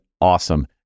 awesome